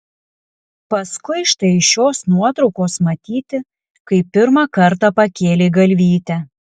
paskui štai iš šios nuotraukos matyti kai pirmą kartą pakėlei galvytę